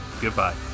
goodbye